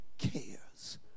cares